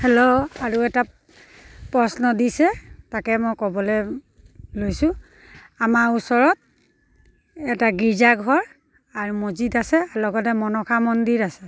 hello আৰু এটা প্ৰশ্ন দিছে তাকে মই ক'বলৈ লৈছোঁ আমাৰ ওচৰত এটা গীৰ্জাঘৰ আৰু মছজিদ আছে লগতে মনসা মন্দিৰ আছে